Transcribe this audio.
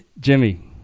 Jimmy